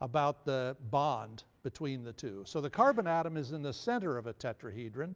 about the bond between the two. so the carbon atom is in the center of a tetrahedron,